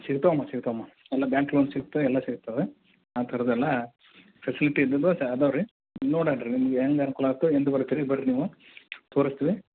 ಸಿಗ್ತವಮ್ಮ ಸಿಗ್ತವಮ್ಮ ಎಲ್ಲ bank loan ಸಿಗ್ತದೆ ಎಲ್ಲ ಸಿಗ್ತವೆ ಆ ಥರದ್ದೆಲ್ಲ ಫೆಸಿಲಿಟಿ ಇದ್ದಿದ್ದು ಸಾ ಇದಾವ್ ರೀ ನೋಡಣ ರೀ ನಿಮ್ಗೆ ಹೆಂಗೆ ಅನುಕೂಲ ಆಗುತ್ತೋ ಎಂದು ಬರ್ತೀರಿ ಬರ್ರಿ ನೀವು ತೋರಿಸ್ತೀವಿ